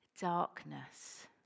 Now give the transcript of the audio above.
darkness